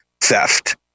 theft